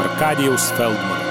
arkadijaus feldmano